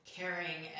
caring